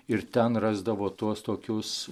ir ten rasdavo tuos tokius